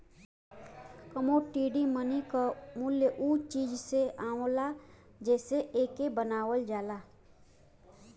commodity money क मूल्य उ चीज से आवला जेसे एके बनावल जाला